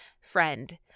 Friend